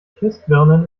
christbirnen